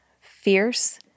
fierce